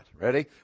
Ready